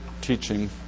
teaching